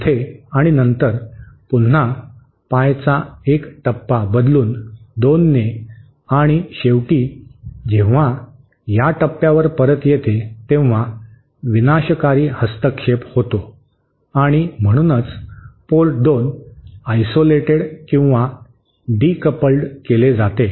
येथे आणि नंतर पुन्हा पाईचा एक टप्पा बदलून 2 ने आणि शेवटी जेव्हा या टप्प्यावर परत येते तेव्हा विनाशकारी हस्तक्षेप होतो आणि म्हणूनच पोर्ट 2 आयसोलेट किंवा डिकपल्ड केले जाते